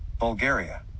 Bulgaria